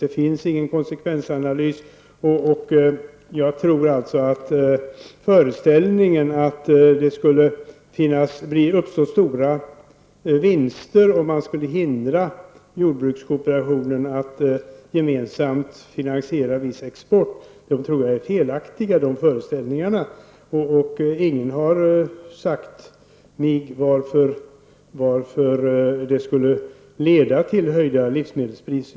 Det finns ingen konsekvensanalys, och jag tror att föreställningen att det uppstår stora vinster om man skulle hindra jordbrukskooperationen att gemensamt finansiera viss export är felaktig. Ingen har sagt mig varför det skulle leda till höjda livsmedelspriser.